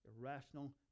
irrational